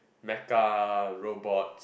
Meka robot